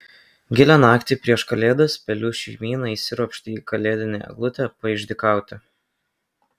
gilią naktį prieš kalėdas pelių šeimyna įsiropštė į kalėdinę eglutę paišdykauti